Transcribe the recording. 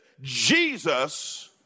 Jesus